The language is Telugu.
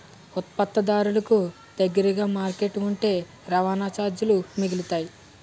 ఉత్పత్తిదారులకు దగ్గరగా మార్కెట్ ఉంటే రవాణా చార్జీలు మిగులుతాయి